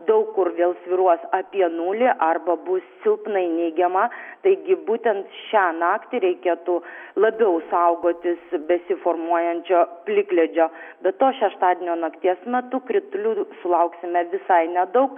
daug kur vėl svyruos apie nulį arba bus silpnai neigiama taigi būtent šią naktį reikėtų labiau saugotis besiformuojančio plikledžio be to šeštadienio nakties metu kritulių sulauksime visai nedaug